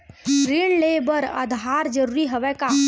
ऋण ले बर आधार जरूरी हवय का?